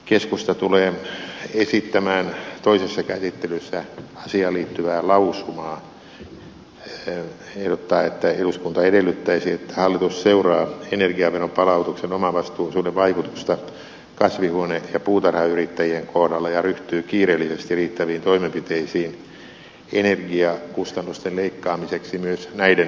keskusta tulee esittämään toisessa käsittelyssä asiaan liittyvää lausumaa ja ehdottaa että eduskunta edellyttäisi että hallitus seuraa energiaveron palautuksen omavastuuosuuden vaikutusta kasvihuone ja puutarhayrittäjien kohdalla ja ryhtyy kiireellisesti riittäviin toimenpiteisiin energiakustannusten leikkaamiseksi myös näiden yrittäjien osalta